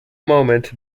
moment